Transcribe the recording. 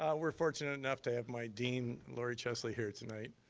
ah we're fortunate enough to have my dean, laurie chesley, here tonight.